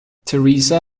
teresa